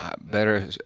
better